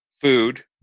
food